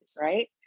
right